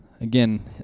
Again